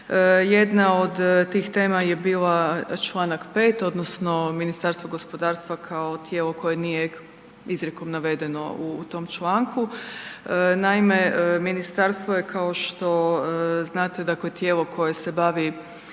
Jedna od tih tema je bila članak 5. Odnosno Ministarstvo gospodarstva kao tijelo koje nije izrijekom navedeno u tom članku. Naime, ministarstvo je kao što znate dakle tijelo koje se bavi